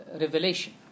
revelation